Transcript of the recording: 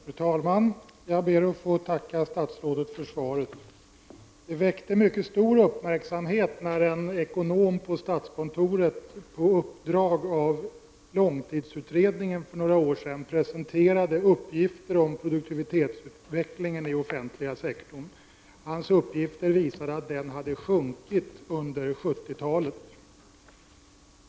Fru talman! Jag ber att få tacka statsrådet för svaret. Det väckte mycket stor uppmärksamhet när en ekonom på statskontoret på uppdrag av långtidsutredningen för några år sedan presenterade uppgifter om produktivitetsutvecklingen inom den offentliga sektorn. Hans uppgifter visade att den hade sjunkit under 1970-talet.